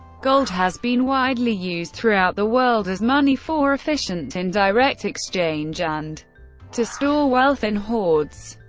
gold has been widely used throughout the world as money, for efficient indirect exchange, and to store wealth in hoards.